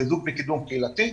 חיזוק וקידום קהילתי.